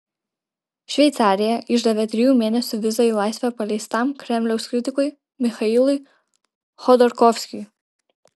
šveicarija išdavė trijų mėnesių vizą į laisvę paleistam kremliaus kritikui michailui chodorkovskiui